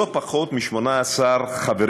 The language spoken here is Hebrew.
לנמק את הצעת האי-אמון מטעם יש עתיד: הפקרת